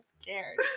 scared